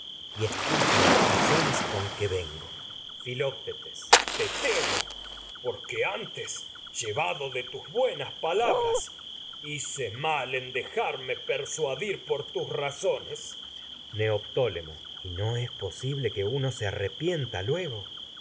y escucha las razones con que vengo filoctetes te temo porque antes llevado de tus buenas tus palabras hice mal en dejarme persuadir por razones neoptólemo y no es posible que uno se arre pienta luego